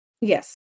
Yes